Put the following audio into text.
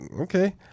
okay